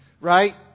right